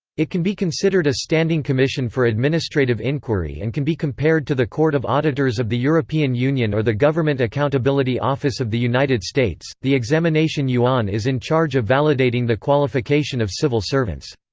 it can be considered a standing commission for administrative inquiry and can be compared to the court of auditors of the european union or the government accountability office of the united states the examination yuan is in charge of validating the qualification of civil servants.